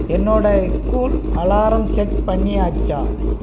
என்னோட school alarm set பண்ணியாச்சா